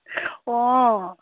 অঁ